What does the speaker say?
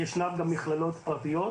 10:43) ישנן גם מכללות פרטיות,